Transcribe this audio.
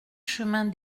chemin